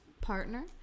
partner